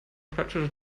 plätze